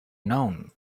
known